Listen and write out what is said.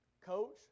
Coach